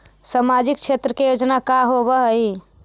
सामाजिक क्षेत्र के योजना का होव हइ?